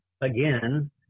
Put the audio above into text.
again